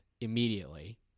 immediately